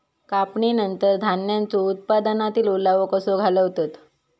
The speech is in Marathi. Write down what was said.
कापणीनंतर धान्यांचो उत्पादनातील ओलावो कसो घालवतत?